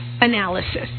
analysis